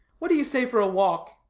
what do you say for a walk?